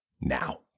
now